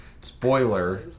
Spoiler